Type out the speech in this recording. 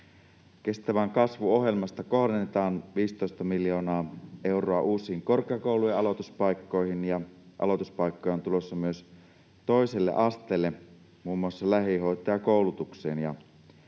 Kestävän kasvun ohjelmasta kohdennetaan 15 miljoonaa euroa uusiin korkeakoulujen aloituspaikkoihin, ja aloituspaikkoja on tulossa myös toiselle asteelle muun muassa lähihoitajakoulutukseen.